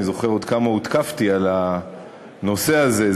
אני עוד זוכר כמה הותקפתי על הנושא הזה.